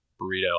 burrito